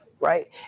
right